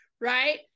right